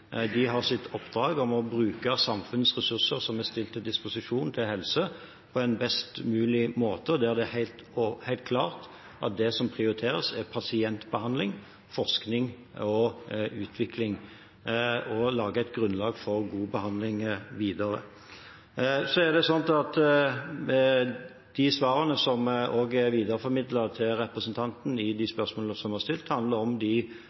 De har sitt oppdrag og må bruke samfunnets ressurser som er stilt til disposisjon til helse, på en best mulig måte, og der det er helt klart at det som prioriteres, er pasientbehandling, forskning og utvikling og å lage et grunnlag for god behandling videre. Så er det slik at svarene – som også er videreformidlet til representanten – på de spørsmålene som var stilt, handler om de